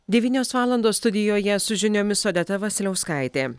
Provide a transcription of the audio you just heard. devynios valandos studijoje su žiniomis odeta vasiliauskaitė